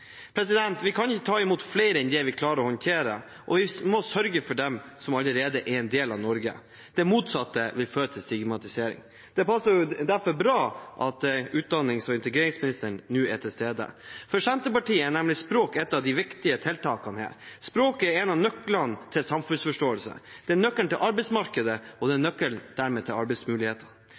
Vi kan ikke ta imot flere enn vi klarer å håndtere, og vi må sørge for dem som allerede er en del av Norge. Det motsatte vil føre til stigmatisering. Det passer derfor bra at utdannings- og integreringsministeren nå er til stede. For Senterpartiet er nemlig språk et av de viktige tiltakene her. Språk er en av nøklene til samfunnsforståelse. Det er nøkkelen til arbeidsmarkedet og dermed nøkkelen til arbeidsmulighetene. Et grunnleggende menneskelig behov er